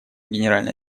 генеральной